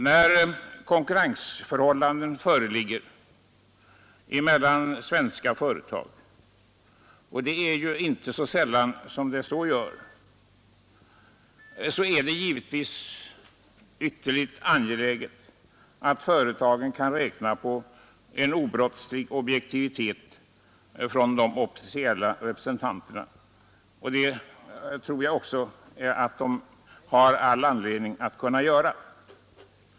När konkurrensförhållanden råder mellan svenska företag — och det är ju inte så sällan fallet — är det givetvis ytterligt angeläget att företagen kan räkna med en obrottslig objektivitet från de officiella representanterna, och det tror jag också att de har all anledning att göra.